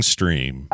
Stream